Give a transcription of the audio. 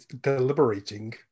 deliberating